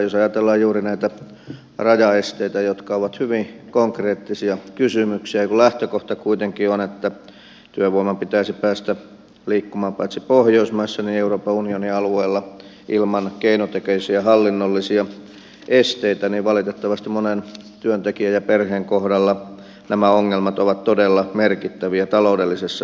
jos ajatellaan juuri näitä rajaesteitä jotka ovat hyvin konkreettisia kysymyksiä ja kun lähtökohta kuitenkin on että työvoiman pitäisi päästä liikkumaan paitsi pohjoismaissa myös euroopan unionin alueella ilman keinotekoisia hallinnollisia esteitä niin valitettavasti monen työntekijän ja perheen kohdalla nämä ongelmat ovat todella merkittäviä taloudellisessa mitassakin